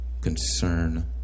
concern